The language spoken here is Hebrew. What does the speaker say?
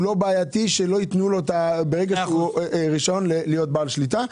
הוא לא בעייתי כדי שלא ייתנו לו רישיון להיות בעל שליטה.